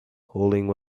holding